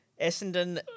Essendon